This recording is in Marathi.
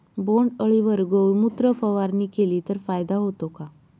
बोंडअळीवर गोमूत्र फवारणी केली तर फायदा होतो का?